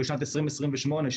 בשנת 2028,